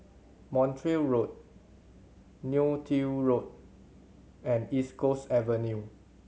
Montreal Road Neo Tiew Road and East Coast Avenue